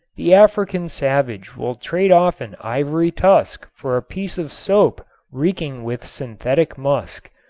the african savage will trade off an ivory tusk for a piece of soap reeking with synthetic musk.